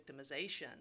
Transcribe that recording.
victimization